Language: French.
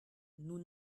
nous